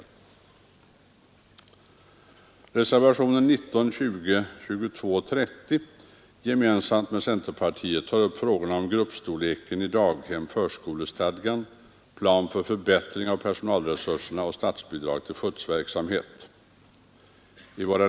I reservätionerna 19, 20, 22 och 30 tar folkpartiet gemensamt med centern upp frågorna om gruppstorlek i daghem, förskolestadga, plan för förbättring av personalresurserna och statsbidrag till skjutsverksamhet.